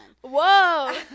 Whoa